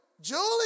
Julie